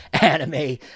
anime